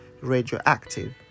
radioactive